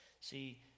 See